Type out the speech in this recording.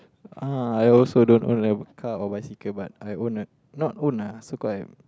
uh I also don't own a car or bicycle but I own a not own ah so called I